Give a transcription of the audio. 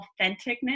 authenticness